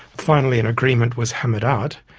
finally an agreement was hammered out,